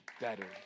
better